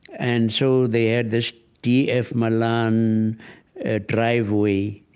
and so they had this d f. malan um driveway.